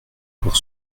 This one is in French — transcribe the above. pour